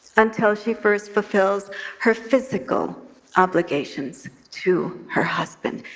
until she first fulfills her physical obligations to her husband.